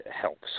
helps